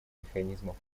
механизмов